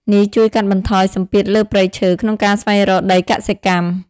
នេះជួយកាត់បន្ថយសម្ពាធលើព្រៃឈើក្នុងការស្វែងរកដីកសិកម្ម។